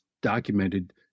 documented